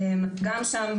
וגם שם,